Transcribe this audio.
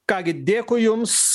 ką gi dėkui jums